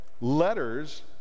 letters